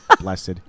blessed